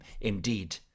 indeed